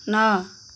ନଅ